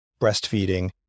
breastfeeding